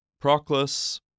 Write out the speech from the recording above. Proclus